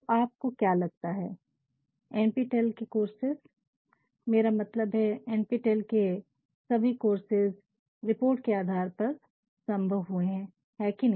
तो आपको क्या लगता है NPTEL के कोर्सेज मेरा तात्पर्य है की NPTEL के सभी कोर्सेज रिपोर्ट के आधार पर संभव हुए है है की नहीं